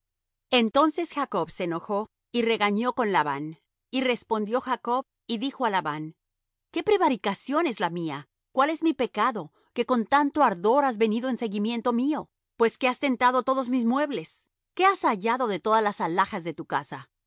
entonces jacob se enojó y regañó con labán y respondió jacob y dijo á labán qué prevaricación es la mía cuál es mi pecado que con tanto ardor has venido en seguimiento mío pues que has tentado todos mis muebles qué has hallado de todas las alhajas de tu casa